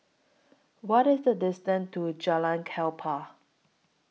What IS The distance to Jalan Klapa